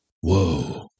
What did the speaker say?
Whoa